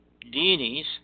deities